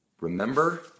remember